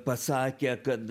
pasakę kad